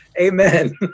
Amen